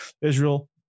Israel